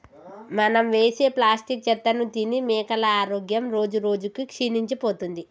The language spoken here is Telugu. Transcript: మనం వేసే ప్లాస్టిక్ చెత్తను తిని మేకల ఆరోగ్యం రోజురోజుకి క్షీణించిపోతుంది